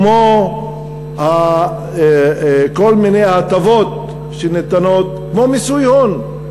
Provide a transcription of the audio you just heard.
כמו כל מיני הטבות שניתנות, כמו מיסוי הון,